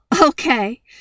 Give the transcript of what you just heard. okay